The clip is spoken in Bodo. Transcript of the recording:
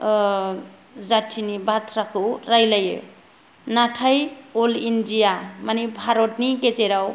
जातिनि बाथ्राखौ रायलायो नाथाय अल इन्डिया माने भारतनि गेजेराव